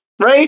Right